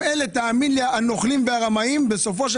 תאמין לי שאותם נוכלים ורמאים בסופו של